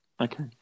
Okay